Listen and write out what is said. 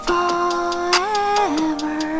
Forever